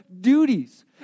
duties